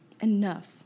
enough